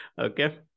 okay